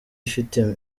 ifite